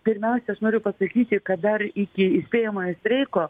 pirmiausia aš noriu pasakyti kad dar iki įspėjamojo streiko